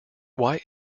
why